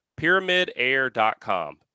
PyramidAir.com